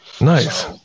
nice